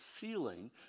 ceiling